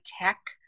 tech